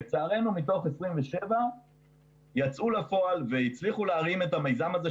לצערנו מתוך 27 יצאו לפועל והצליחו להרים את המיזם הזה,